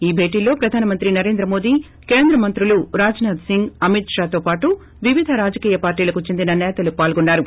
ఈ భేటీలో ప్రధానమంత్రి నరేంద్ర మోదీ కేంద్ర మంత్రులు రాజ్నాథ్ సింగ్ అమిత్షాతో పాటు వివిధ రాజకీయ పార్టీలకు చెందిన నేతలు పాల్గొన్నారు